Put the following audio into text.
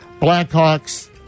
Blackhawks